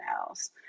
else